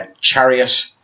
Chariot